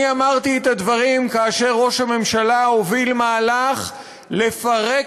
אני אמרתי את הדברים כאשר ראש הממשלה הוביל מהלך לפרק